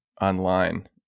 online